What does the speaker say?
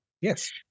Yes